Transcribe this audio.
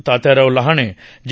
तात्याराव लहाने जे